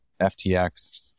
FTX